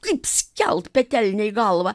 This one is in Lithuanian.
kaip skelt petelne į galvą